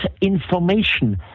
information